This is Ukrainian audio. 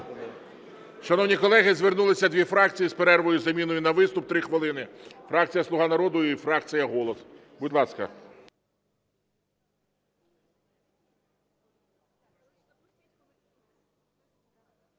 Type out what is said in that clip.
Шановні колеги, звернулися дві фракції з перервою з заміною на виступ, 3 хвилини: фракція "Слуга народу" і фракція "Голос". Будь ласка.